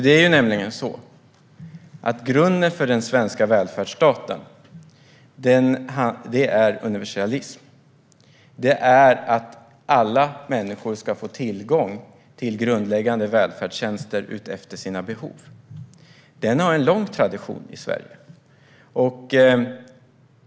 Det är nämligen så att grunden för den svenska välfärdsstaten är universalism. Det innebär att alla människor ska få tillgång till grundläggande välfärdstjänster utifrån sina behov. Detta har en lång tradition i Sverige.